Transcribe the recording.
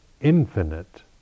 infinite